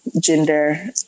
gender